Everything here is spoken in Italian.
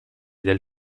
del